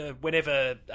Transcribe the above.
whenever